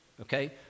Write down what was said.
okay